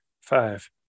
Five